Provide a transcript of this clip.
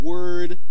Word